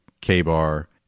K-Bar